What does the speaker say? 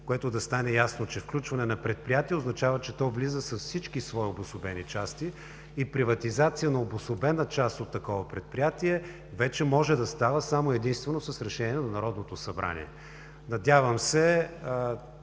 за да стане ясно, че включване на предприятие означава, че то влиза с всички свои обособени части, и приватизация на обособена част от такова предприятие може да става вече само и единствено с решение на Народното събрание. Надявам се